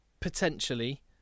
potentially